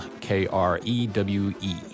K-R-E-W-E